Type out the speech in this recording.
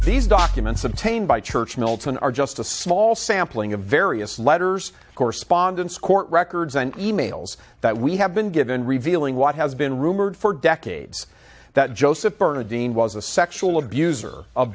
these documents obtained by church milton are just a small sampling of various letters correspondence court records and e mails that we have been given revealing what has been rumored for decades that joseph bernadine was a sexual abuser of